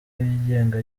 yigenga